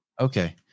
Okay